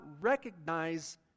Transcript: recognize